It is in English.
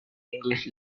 english